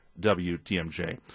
WTMJ